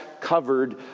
covered